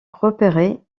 repérés